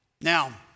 Now